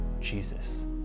Jesus